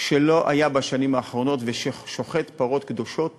מה שלא היה בשנים האחרונות, ושוחט פרות קדושות